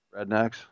Rednecks